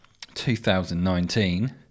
2019